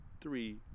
three